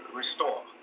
restore